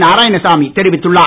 நாராயணசாமி தெரிவித்துள்ளார்